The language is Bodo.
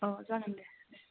औ जागोन दे